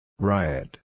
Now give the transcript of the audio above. Riot